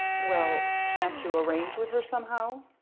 well can't you arrange with her somehow?